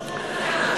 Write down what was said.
המדינה צריכה להיות,